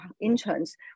interns